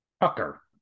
Tucker